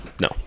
No